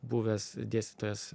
buvęs dėstytojas